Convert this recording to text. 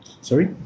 Sorry